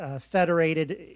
federated